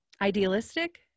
Idealistic